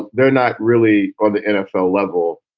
they're not really on the nfl level.